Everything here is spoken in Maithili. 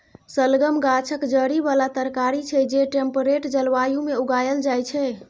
शलगम गाछक जड़ि बला तरकारी छै जे टेम्परेट जलबायु मे उगाएल जाइ छै